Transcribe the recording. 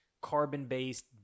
carbon-based